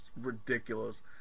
ridiculous